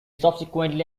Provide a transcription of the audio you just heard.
subsequently